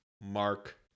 Mark